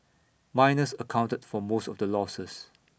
miners accounted for most of the losses